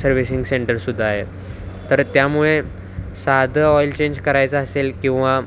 servicing सेंटरसुद्धा आहे तर त्यामुळे साधं ऑइल चेंज करायचं असेल किंवा